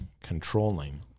controlling